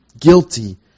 guilty